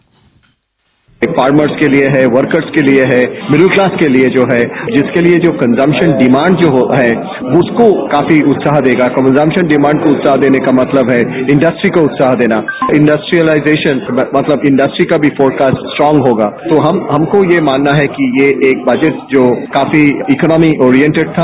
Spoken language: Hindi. बाइट ये फार्मर्स के लिए है वर्कर्स के लिए है मिडिल क्लास के लिए जो है जिसके लिए कंजमस्न डिमांड जो है उसको काफी उत्साह देगा कंजमस्न डिमांड को उत्साह देने का मतलब है इंडस्ट्रीज को उत्साह देना इंडस्ट्रिएलाइजेशन मतलब इंडस्ट्रीज का भी फोरकास्ट स्ट्रांग होगा तो हमको यह मानना है कि ये एक बजट जो काफी इकोनॉमी ओरिएंटेड था